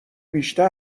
بیشتر